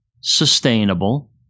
sustainable